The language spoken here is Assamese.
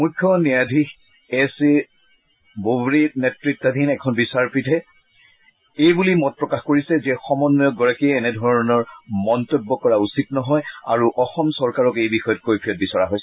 মুখ্য ন্যায়াধীশ এছ এ ডোৱৰে নেত্ৰতাধীন এখন বিচাৰপীঠে এইবুলি মত প্ৰকাশ কৰিছে যে সমন্বয়ক গৰাকীয়ে এনেধৰণৰ মন্তব্য কৰা উচিত নহয আৰু অসম চৰকাৰক এই বিষয়ত কৈফিয়ৎ বিচৰা হৈছে